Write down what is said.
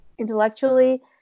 intellectually